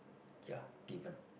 ya given